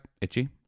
itchy